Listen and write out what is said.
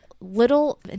little